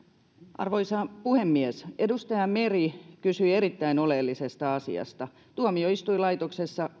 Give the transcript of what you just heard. arvoisa puhemies edustaja meri kysyi erittäin oleellisesta asiasta niin tuomioistuinlaitoksessa